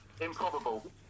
Improbable